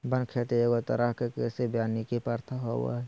वन खेती एगो तरह के कृषि वानिकी प्रथा होबो हइ